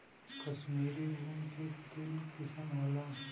कश्मीरी ऊन के तीन किसम होला